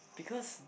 because